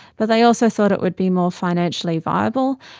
but they also thought it would be more financially viable.